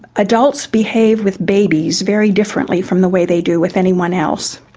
adults behave with babies very differently from the way they do with anyone else.